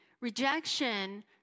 Rejection